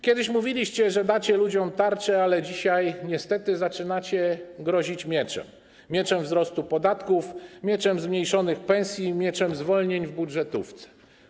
Kiedyś mówiliście, że dacie ludziom tarczę, ale dzisiaj niestety zaczynacie grozić mieczem, mieczem wzrostu podatków, zmniejszonych pensji, zwolnień w budżetówce.